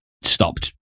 stopped